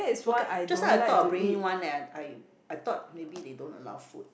just now I thought of bringing one leh I I thought maybe they don't allow food